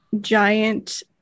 giant